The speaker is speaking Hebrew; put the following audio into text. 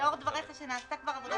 מה שנלקח, נלקח, הוא לא משנה את הריבית.